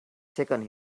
shaken